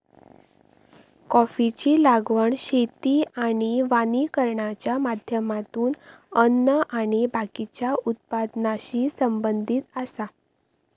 कॉफीची लागवड शेती आणि वानिकरणाच्या माध्यमातून अन्न आणि बाकीच्या उत्पादनाशी संबंधित आसा